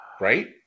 Right